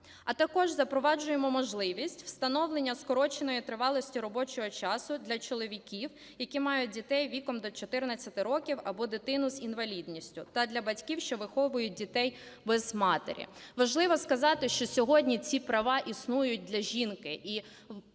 А також запроваджуємо можливість встановлення скороченої тривалості робочого часу для чоловіків, які мають дітей віком до 14 років або дитину з інвалідністю та для батьків, що виховують дітей без матері. Важливо сказати, що сьогодні ці права існують для жінки